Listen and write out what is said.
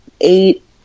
eight